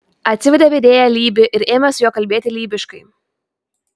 atsivedė virėją lybį ir ėmė su juo kalbėti lybiškai